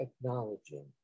acknowledging